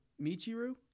Michiru